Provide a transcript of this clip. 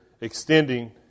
extending